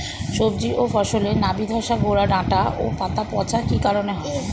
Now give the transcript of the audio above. সবজি ও ফসলে নাবি ধসা গোরা ডাঁটা ও পাতা পচা কি কারণে হয়?